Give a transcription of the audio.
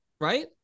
right